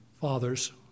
father's